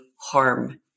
harm